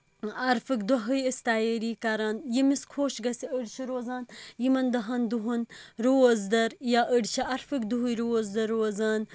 عرفُک دۄہٕے أسۍ تیٲرِی کران یٔمِس خۄش گَژِھہِ أڑۍ چھِ روزان یِمَن دَہَن دۄہَن روزدَر یا أڑۍ چھِ عرفُک دۄہُے روزدَر روزان